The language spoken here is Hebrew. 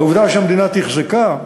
העובדה שהמדינה תחזקה,